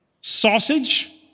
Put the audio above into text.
sausage